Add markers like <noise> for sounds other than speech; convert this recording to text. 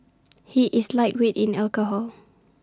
<noise> he is lightweight in alcohol